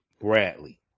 Bradley